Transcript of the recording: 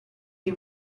you